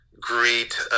great